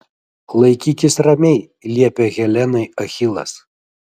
laikykis ramiai liepė helenai achilas